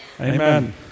Amen